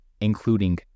including